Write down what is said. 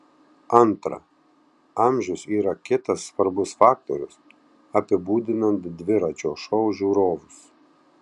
antra amžius yra kitas svarbus faktorius apibūdinant dviračio šou žiūrovus